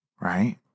right